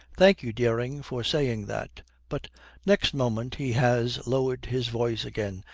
thank you, dering, for saying that but next moment he has lowered his voice again.